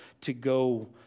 to-go